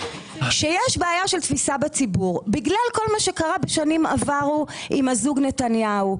שיש בעיה של תפיסה בציבור בגלל כל מה שקרה בשנים עברו עם הזוג נתניהו,